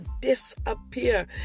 disappear